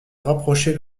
rapprocher